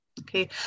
okay